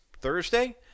Thursday